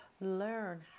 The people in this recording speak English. Learn